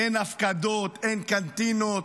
אין הפקדות, אין קנטינות,